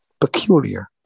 peculiar